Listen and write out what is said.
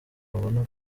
babona